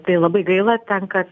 tai labai gaila tenka